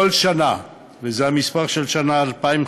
כל שנה, וזה המספר של שנת 2015